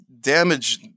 damage